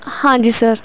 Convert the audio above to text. ਹਾਂਜੀ ਸਰ